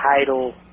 title